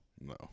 No